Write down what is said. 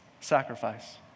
sacrifice